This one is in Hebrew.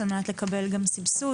על מנת לקבל סבסוד.